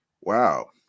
Wow